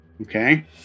Okay